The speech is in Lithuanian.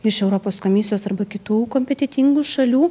iš europos komisijos arba kitų kompetentingų šalių